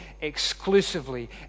exclusively